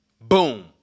Boom